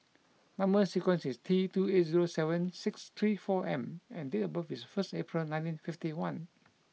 number sequence is T two eight zero seven six three four M and date of birth is first April nineteen fifty one